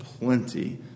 plenty